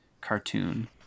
cartoon